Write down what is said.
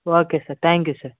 okay sir thank you sir